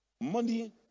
money